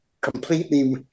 completely